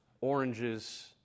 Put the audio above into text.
oranges